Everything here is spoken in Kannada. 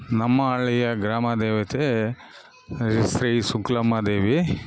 ನಮ್ಮ ಹಳ್ಳಿಯ ಗ್ರಾಮ ದೇವತೆ ಶ್ರೀ ಶುಕ್ಲಮ್ಮ ದೇವಿ